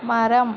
மரம்